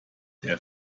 der